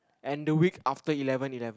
and the week after eleven eleven